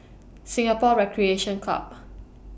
Singapore Recreation Club